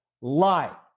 Lie